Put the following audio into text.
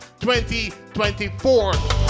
2024